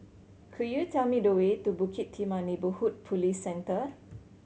could you tell me the way to Bukit Timah Neighbourhood Police Centre